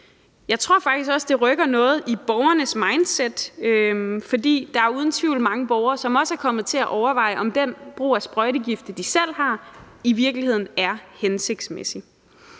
Jeg tror faktisk også, det rykker noget i borgernes mindset, fordi der uden tvivl er mange borgere, som også har overvejet om den brug af sprøjtegifte, de selv har, i virkeligheden er hensigtsmæssig